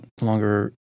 longer